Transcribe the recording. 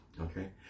Okay